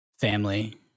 family